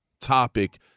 topic